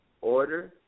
order